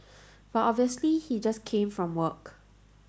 but obviously he just came from work